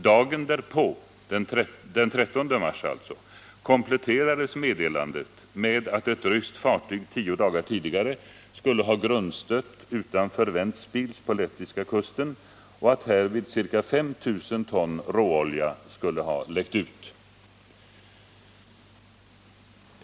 Dagen därpå kompletterades meddelandet med att ett ryskt fartyg tio dagar tidigare skulle ha grundstött utanför Ventspils på lettiska kusten och att härvid ca 5 000 ton råolja skulle ha läckt ut.